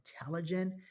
intelligent